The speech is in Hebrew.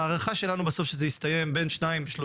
ההערכה שלנו היא שזה יסתיים עם 2%-3%,